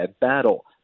battle